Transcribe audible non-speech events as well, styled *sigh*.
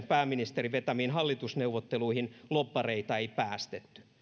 *unintelligible* pääministerin vetämiin hallitusneuvotteluihin lobbareita ei päästetty